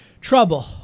trouble